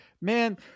man